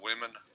women